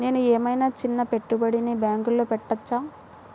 నేను ఏమయినా చిన్న పెట్టుబడిని బ్యాంక్లో పెట్టచ్చా?